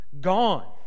gone